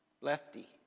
lefty